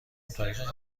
تاریخ